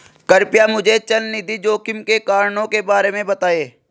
कृपया मुझे चल निधि जोखिम के कारणों के बारे में बताएं